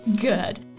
Good